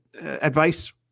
advice